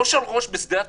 ראש על ראש בשדה התעופה,